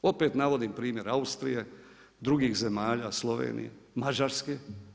Opet navodim primjer Austrije, drugih zemalja, Slovenije, Mađarske.